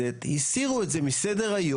באמת, ניסו לעשות מחטף.